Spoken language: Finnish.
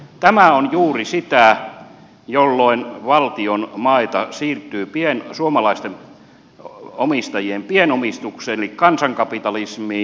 tämä on juuri sitä jolloin valtion maita siirtyy suomalaisten omistajien pienomistukseen eli kansankapitalismiin